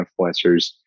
influencers